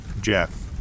Jeff